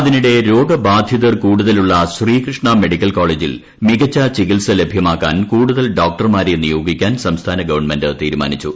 അതിനിടെ രോഗബാധിതർ കൂടുതലുള്ള ശ്രീകൃഷ്ണ മെഡിക്കൽ കോളേജിൽ മികച്ച ചികിത്സ ലഭ്യമാക്കാൻ കൂടുതൽ ഡോക്ടർമാരെ നിയോഗിക്കാൻ സംസ്ഥാന ഗവൺമെന്റ് തീരുമാനിച്ചു